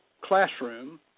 classroom